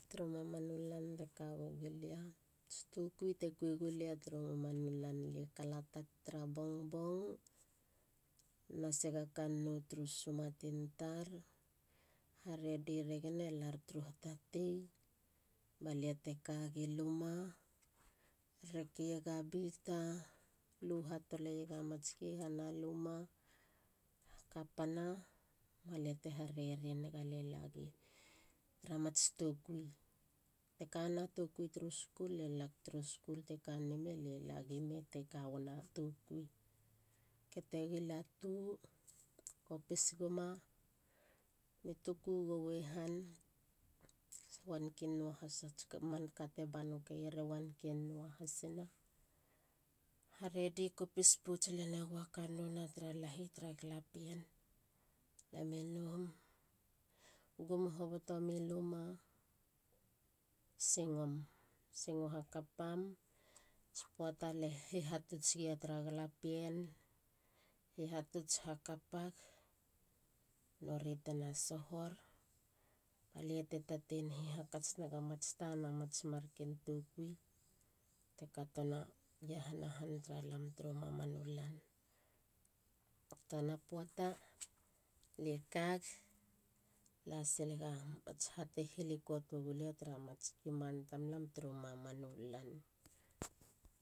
Turu mamanu lante kawegilia. tsi tokui te kui gulia turu mamanu lan. lie kalatak tara bongbong. nasega kannou turu sumatin tar. ha redi regen e lar turu hatatei balia te kagi luma. rekeiega bita. luhatoleiega mats ke hana luma. kapana baliate hareri nega lie lagi tara mats tokui. tekana tokui turu skul. lie lag turu skul. te kanen imei. lie lagime te kawana yokui. ketegi latu. kopis guma mi tuku gowe han. wanken nua hats manka te banokeier e wanken nua hasina. ha redi kopis pouts lene gowa kannou na lahi tara galapien. lame noum. gum hobotomi luma. singom. singo hakapam. tsi poata lie hihatuts gia tra galapien. hihatuts hakapag. nori tena sohor. balia te taten hihakats nega mats tana mats marken tokui te katona i iahana han tamlam turu mamanu lan. a tana poata. lie kag. lasilegats ha te hilikot wagulia tara mats sikiman tamlam turu mamanu lan.